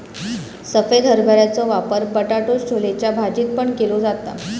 सफेद हरभऱ्याचो वापर बटाटो छोलेच्या भाजीत पण केलो जाता